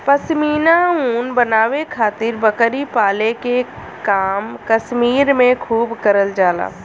पश्मीना ऊन बनावे खातिर बकरी पाले के काम कश्मीर में खूब करल जाला